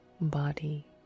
body